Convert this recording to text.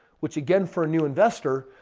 which again for a new investor,